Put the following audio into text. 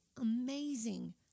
amazing